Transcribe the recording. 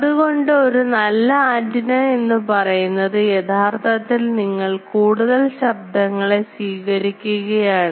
അതുകൊണ്ട് ഒരു നല്ല ആൻറിന എന്നുപറയുന്നത് യഥാർത്ഥത്തിൽ നിങ്ങൾ കൂടുതൽ ശബ്ദങ്ങളെ സ്വീകരിക്കുകയാണ്